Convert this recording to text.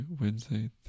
Wednesday